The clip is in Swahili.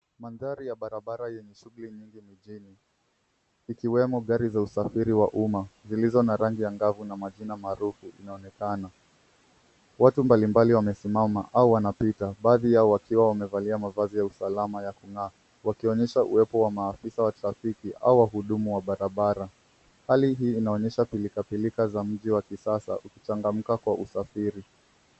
Mandhari ya barabara yenye shughuli nyingi mijini ikiwemo gari za usafiri wa umma zilizo na rangi angavu na majina maarufu inaonekana. Watu mbalimbali wamesimama au wanapita baadhi yao wakiwa wamevalia mavazi ya usalama ya kung'aa wakionyesha uwepo wa maafisa wa trafiki au wahudumu wa barabara. Hali hii inaonyesha pilka pilka za mji wa kisasa ukichangamka kwa usafiri.